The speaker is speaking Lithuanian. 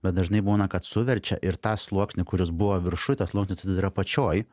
bet dažnai būna kad suverčia ir tą sluoksnį kuris buvo viršuj tas sluoksnis atsiduria apačioj